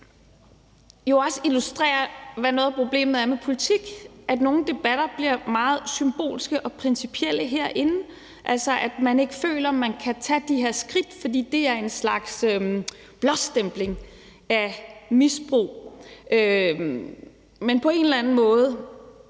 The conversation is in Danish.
jo også illustrerer, hvad noget af problemet er med politik, nemlig at nogle debatter bliver meget symbolske og principielle herinde, altså at man ikke føler, man kan tage de her skridt, fordi det er en slags blåstempling af misbrug. Men på en eller anden måde